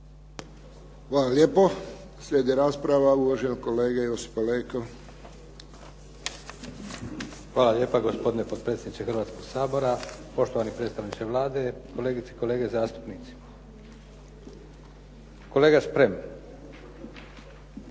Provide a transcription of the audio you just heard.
Hvala lijepo. Slijedi rasprava uvaženog kolege Josipa Leke. **Leko, Josip (SDP)** Hvala lijepo gospodine potpredsjedniče Hrvatskog sabora, poštovani predstavniče Vlade, kolegice i kolege zastupnici. Kolega Šprem,